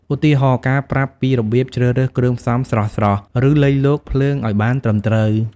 ឧទាហរណ៍ ការប្រាប់ពីរបៀបជ្រើសរើសគ្រឿងផ្សំស្រស់ៗ ឬលៃលកភ្លើងឱ្យបានត្រឹមត្រូវ។